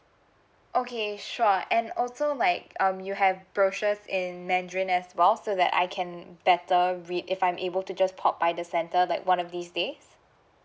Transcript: okay sure and also like um you have brochures in mandarin as well so that I can better read if I'm able to just pop by the center like one of these days